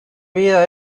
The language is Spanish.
vida